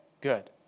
good